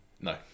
No